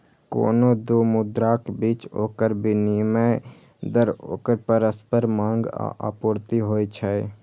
कोनो दू मुद्राक बीच ओकर विनिमय दर ओकर परस्पर मांग आ आपूर्ति होइ छै